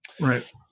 right